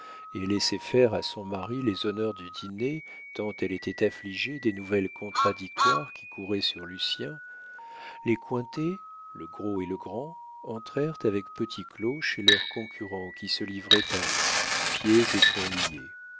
et laissait faire à son mari les honneurs du dîner tant elle était affligée des nouvelles contradictoires qui couraient sur lucien les cointet le gros et le grand entrèrent avec petit claud chez leur concurrent qui se livrait à eux pieds et poings liés